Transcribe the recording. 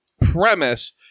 premise